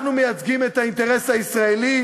אנחנו מייצגים את האינטרס הישראלי,